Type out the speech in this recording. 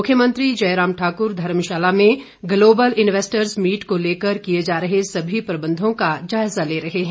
मुख्यमंत्री जयराम ठाकुर धर्मशाला में global investors meet को लेकर किए जा रहे सभी प्रबंधों का जायजा ले रहे हैं